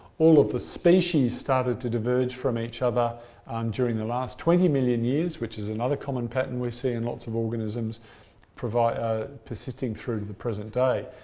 all of the species started to diverge from each other um during the last twenty million years, which is another common pattern we see in lots of organisms ah persisting through to the present day.